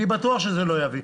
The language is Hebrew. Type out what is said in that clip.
אני בטוח שזה לא יביא.